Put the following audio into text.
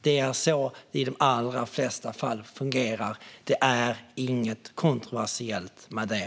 Det är så det i de allra flesta fall fungerar; det är inget kontroversiellt med det.